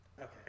Okay